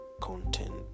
content